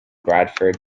bradford